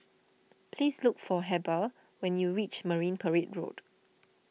please look for Heber when you reach Marine Parade Road